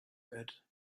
good